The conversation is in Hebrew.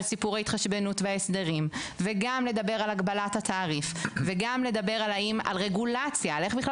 סיפור ההתחשבנות וההסדרים וגם לדבר על הגבלת התעריף וגם איך בכלל